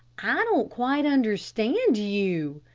i don't quite understand you.